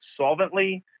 solvently